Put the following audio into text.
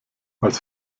als